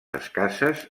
escasses